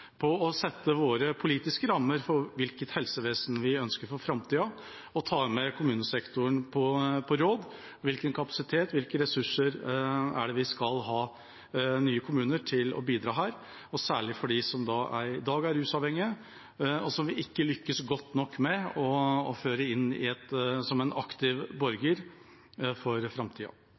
på å sette våre politiske rammer for hvilket helsevesen vi ønsker for framtida og tar med kommunesektoren på råd: Hvilken kapasitet, hvilke ressurser er det vi skal ha nye kommuner til å bidra med? Særlig gjelder dette for dem som i dag er rusavhengige, og som vi ikke lykkes godt nok med å føre inn som aktive borgere for framtida.